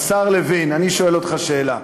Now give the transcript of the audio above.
השר לוין, אני שואל אותך שאלה: